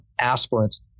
aspirants